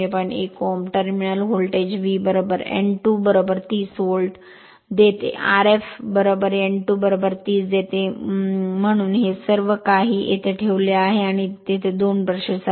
1 Ω terminal voltage Vn2 30 volt देते Rf n2 30 देते Ω म्हणून सर्व हे सर्व काही येथे ठेवले आहे आणि तेथे 2 ब्रशेस आहेत